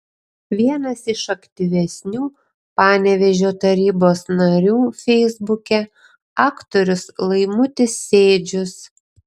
vienas iš aktyvesnių panevėžio tarybos narių feisbuke aktorius laimutis sėdžius